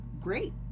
Great